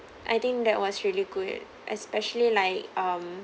I think that was really good especially like um